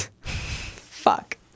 Fuck